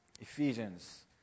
Ephesians